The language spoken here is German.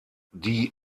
die